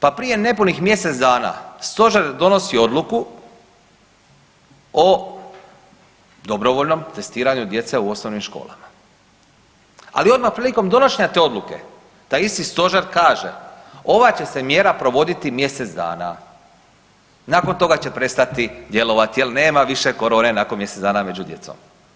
Pa prije nepunih mjesec dana stožer donosi odluku o dobrovoljnom testiranju djece u osnovnim školama, ali odmah prilikom donošenja te odluke taj isti stožer kaže ova će se mjera provoditi mjesec dana, nakon toga će prestati djelovati jer nema više korone nakon mjesec dana među djecom.